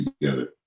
together